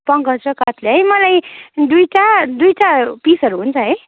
पङ्कज र कत्ले है मलाई दुइटा दुइटा पिसहरू हुन्छ है